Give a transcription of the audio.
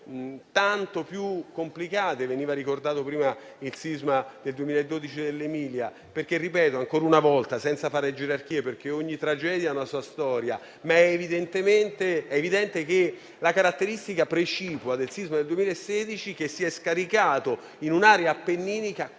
tanto più complicate. Veniva ricordato prima il sisma del 2012 dell'Emilia-Romagna. Ripeto ancora una volta che non si devono fare gerarchie, perché ogni tragedia ha una sua storia. È evidente, però, che la caratteristica precipua del sisma del 2016 è che si è scaricato in un'area appenninica